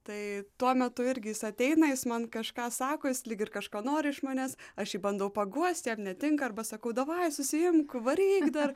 tai tuo metu irgi jis ateina jis man kažką sako jis lyg ir kažko nori iš manęs aš jį bandau paguost jam netinka arba sakau davai susiimk varyk dar